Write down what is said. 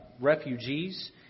refugees